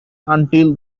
until